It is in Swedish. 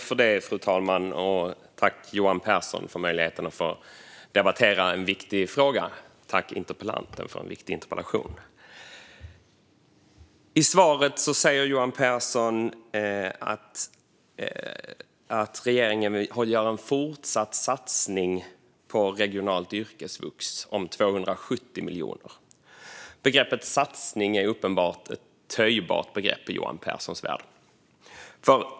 Fru talman! Tack, Johan Pehrson, för möjligheten att debattera en viktig fråga, och tack till interpellanten för en viktig interpellation! I svaret sa Johan Pehrson att regeringen gör en fortsatt satsning om 270 miljoner kronor på ett regionalt yrkesvux. Begreppet satsning är uppenbarligen ett töjbart begrepp i Johan Pehrsons värld.